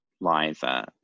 Liza